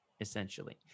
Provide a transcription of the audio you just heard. Essentially